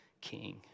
king